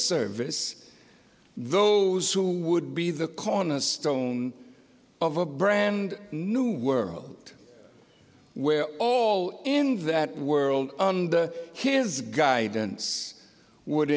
service those who would be the cornerstone of a brand new world where all in that world under his guidance would